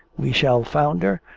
we shall founder,